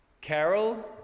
carol